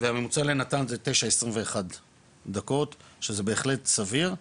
והממוצע לנט"ן זה 9.21 דקות שזה בהחלט סביר,